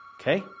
Okay